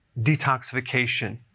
detoxification